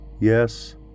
Yes